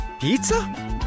Pizza